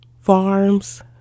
Farms